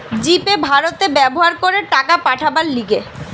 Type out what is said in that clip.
জি Pay ভারতে ব্যবহার করে টাকা পাঠাবার লিগে